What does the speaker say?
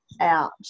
out